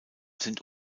sind